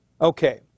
Okay